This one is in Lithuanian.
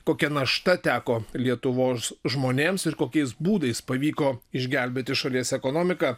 kokia našta teko lietuvos žmonėms ir kokiais būdais pavyko išgelbėti šalies ekonomiką